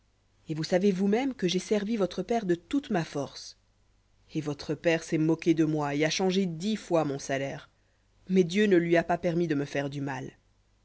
et vous savez vous-mêmes que j'ai servi votre père de toute ma force et votre père s'est moqué de moi et a changé dix fois mon salaire mais dieu ne lui a pas permis de me faire du mal